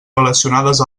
relacionades